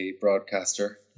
broadcaster